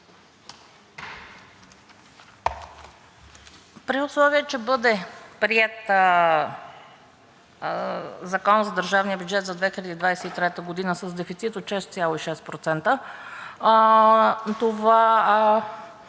При условие че бъде приет Законът за държавния бюджет за 2023 г. с дефицит от 6,6%, това